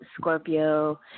Scorpio